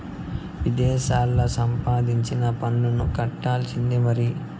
విదేశాల్లా సంపాదించినా పన్ను కట్టాల్సిందే మరి